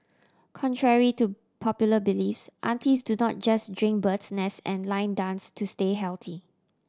contrary to popular bliss aunties do not just drink bird's nest and line dance to stay healthy